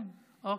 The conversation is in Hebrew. אוקיי,